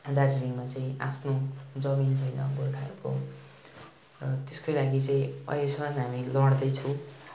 दार्जिलिङमा चाहिँ आफ्नो जमिन छैन गोर्खाहरूको र त्यसकै लागि चाहिँ अहिलेसम्म हामी लड्दैछौँ